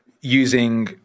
using